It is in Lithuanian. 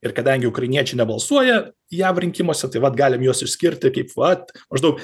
ir kadangi ukrainiečiai nebalsuoja jav rinkimuose tai vat galim juos išskirti kaip vat maždaug